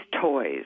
Toys